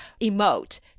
emote